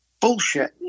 bullshit